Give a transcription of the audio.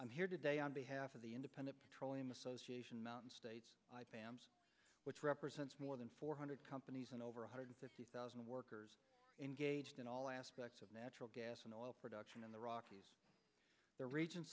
i'm here today on behalf of the independent petroleum association mountain states which represents more than four hundred companies and over one hundred fifty thousand workers engaged in all aspects of natural gas and oil production in the rockies their region